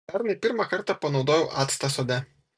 pernai pirmą kartą panaudojau actą sode